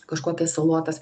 kažkokias salotas